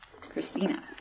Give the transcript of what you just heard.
Christina